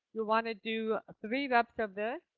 you want to do three reps of this.